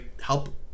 help